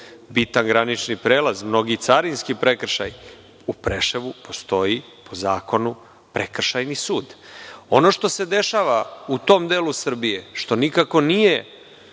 bitan granični prelaz, mnogi carinski prekršaji. U Preševu postoji, po zakonu, Prekršajni sud. Ono što se dešava u tom delu Srbije, što nikako nije